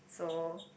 so